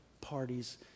parties